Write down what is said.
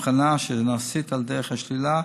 באבחנה אשר נעשית על דרך השלילה,